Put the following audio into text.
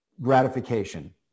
gratification